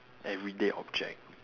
everyday object